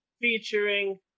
featuring